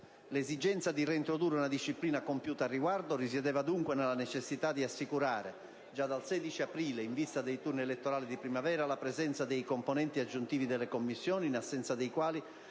L'esigenza di reintrodurre una disciplina compiuta al riguardo risiedeva dunque nella necessità di assicurare, già dal 16 aprile, in vista dei turni elettorali di primavera, la presenza dei componenti aggiuntivi delle commissioni, in assenza dei quali